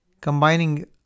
combining